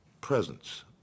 presence